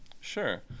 sure